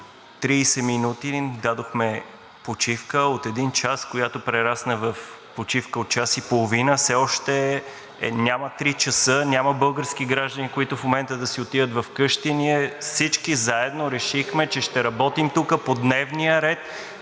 30 минути дадохме почивка от един час, която прерасна в почивка от час и половина. Все още няма три часа, няма български граждани, които в момента да си отиват вкъщи. Ние всички заедно решихме, че ще работим тук по дневния ред,